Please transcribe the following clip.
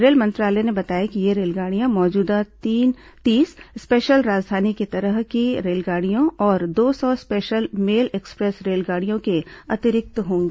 rail मंत्रालय ने बताया है कि ये रेलगाड़ियां मौजूदा तीस स्पेशल राजधानी की तरह की रेलगाड़ियों और दो सौ स्पेशल मेल एक्सप्रेस रेलगाड़ियों के अतिरिक्त होंगी